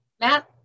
Matt